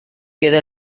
queda